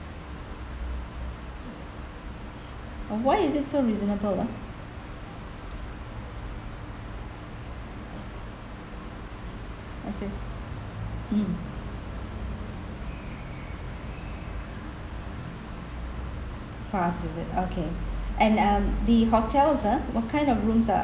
why is it so reasonable ah I see hmm fast is it okay and um the hotels ah what kind of rooms